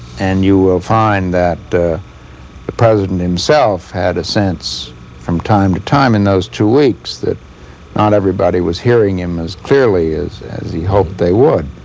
and you find that the president, himself, had a sense from time to time in those two weeks that not everybody was hearing him as clearly as as he hoped they would.